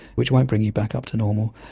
which won't bring you back up to normal.